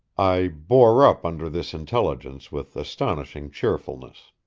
i bore up under this intelligence with astonishing cheerfulness.